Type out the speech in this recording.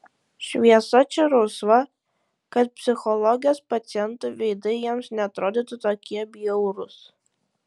šviesa čia rausva kad psichologės pacientų veidai jiems neatrodytų tokie bjaurūs